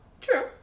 True